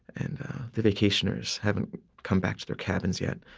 and the vacationers haven't come back to their cabins yet.